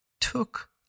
took